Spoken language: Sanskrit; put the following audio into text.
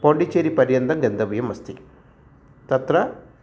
पोण्डिचेरिपर्यन्तं गन्तव्यम् अस्ति तत्र